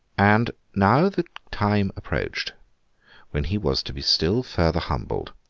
and now the time approached when he was to be still further humbled,